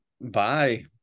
Bye